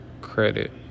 credit